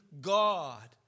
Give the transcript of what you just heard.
God